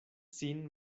sin